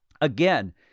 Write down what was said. Again